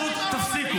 --- הממשלה?